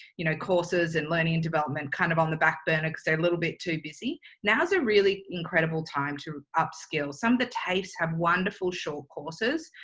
you know, courses and learning and development kind of on the back burner because they're a little bit too busy. now's a really incredible time to upskill some of the tafes have wonderful short courses,